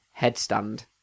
headstand